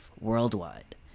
worldwide